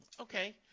Okay